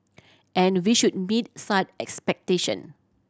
and we should meet such expectation